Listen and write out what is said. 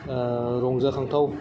रंजाखांथाव